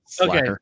Okay